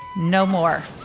no more.